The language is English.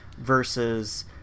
versus